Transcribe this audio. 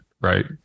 right